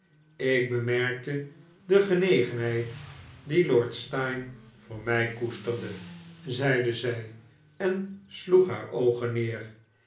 ik bemerkte de genegenheid die lord steyne voor mij koesterde zeide zij en sloeg haar oogen neer